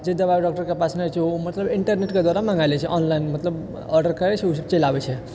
जे दवाइ डाक्टरके पास नहि छै ओ मतलब इन्टरनेटके द्वारा मंगाय लै छै ऑनलाइन मतलब ऑडर करै छै चलि आबै छै